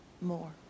More